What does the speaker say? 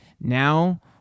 Now